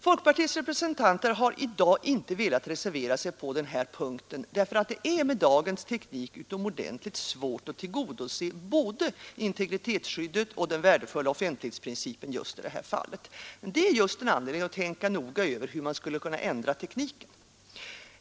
Folkpartiets representanter har i dag inte velat reservera sig på den här punkten, därför att det är med dagens teknik utomordentligt svårt att tillgodose både integritetsskyddet och den värdefulla offentlighetsprincipen just i det här fallet. Men detta är en anledning till att tänka noga över hur man skall kunna ändra tekniken.